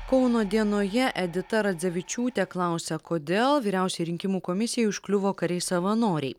kauno dienoje edita radzevičiūtė klausia kodėl vyriausiajai rinkimų komisijai užkliuvo kariai savanoriai